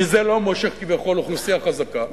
כי זה לא מושך כביכול אוכלוסייה חזקה,